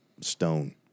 stone